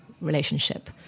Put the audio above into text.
relationship